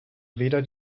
weder